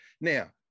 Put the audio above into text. Now